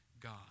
God